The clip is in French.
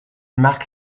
marque